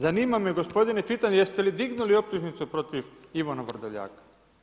Zanima me gospodine Cvitan jeste li dignuli optužnicu protiv Ivana Vrdoljaka?